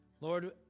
Lord